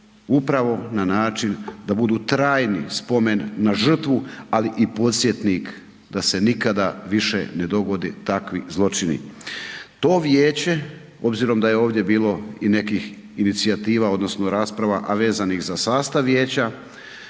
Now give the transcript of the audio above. upravo na način da budu trajni spomen na žrtvu, ali i podsjetnik da se nikada više ne dogodi takvi zločini. To vijeće, obzirom da je ovdje bilo i nekih inicijativa odnosno rasprava, a vezanih za sastav vijeća